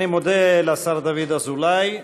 אני מודה לשר דוד אזולאי.